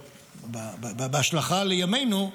בהשלכה על ימינו,